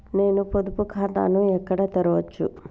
నేను పొదుపు ఖాతాను ఎక్కడ తెరవచ్చు?